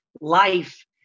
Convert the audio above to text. life